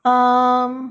um